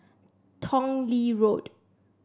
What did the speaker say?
Tong Lee Road